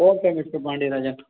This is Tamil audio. okay mister Pandiarajan